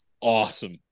awesome